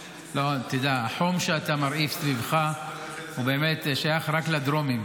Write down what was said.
החום שאתה מרעיף סביבך שייך רק לדרומים.